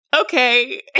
okay